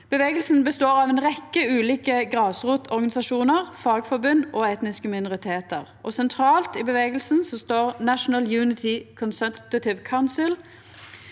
Bevegelsen består av ei rekkje ulike grasrotorganisasjonar, fagforbund og etniske minoritetar. Sentralt i bevegelsen står National Unity Concultative Council,